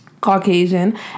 caucasian